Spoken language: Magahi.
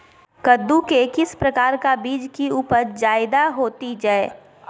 कददु के किस प्रकार का बीज की उपज जायदा होती जय?